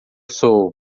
sou